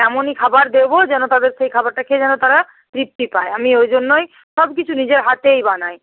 এমনই খাবার দেবো যেন তাদের সেই খাবারটা খেয়ে যেন তারা তৃপ্তি পায় আমি ওই জন্যই সব কিছু নিজের হাতেই বানাই